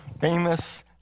famous